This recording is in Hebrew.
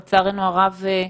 לצערנו הרב,